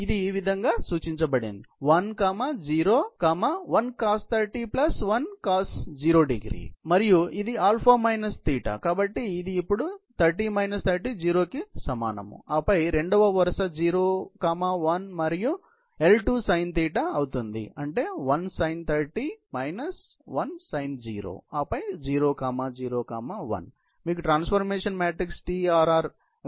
ఇది ఈ విధంగా సూచించబడుతుంది 1 0 1 cos30 1 cos0º 0 డిగ్రీలు మరియు ఇది α θ కాబట్టి ఇది ఇప్పుడు 30 మైనస్ 30 0 కి సమానం ఆపై రెండవ వరుస 0 1 మరియు L2 sinθ అవుతుంది అంటే 1 sin30º 1 sin 0º ఆపై 0 0 1 మీకు ట్రాన్స్ఫర్మేషన్ మ్యాట్రిక్స్ TRR గా ఉంటుంది